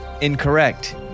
Incorrect